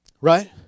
Right